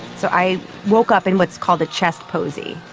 so i woke up in what's called a chest posey.